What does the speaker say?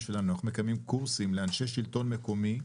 אנחנו מקיימים קורסים לאנשי שלטון מקומי,